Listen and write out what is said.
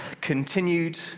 continued